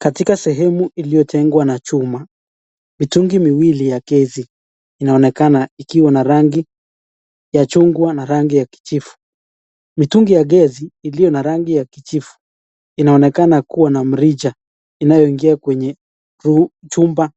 Katika sehemu iliyojengwa na chuma, mitungi miwili ya gasi inaonekana ikiwa na rangi ya chungwa na rangi ya kijivu, mitungi ya gasi iliyo na rangi ya kijivu inaonekana kuwa na mrija inayoingia kwenye chumba